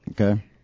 Okay